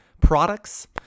products